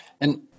And-